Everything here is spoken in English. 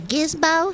Gizmo